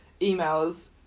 emails